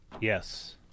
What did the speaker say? Yes